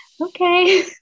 okay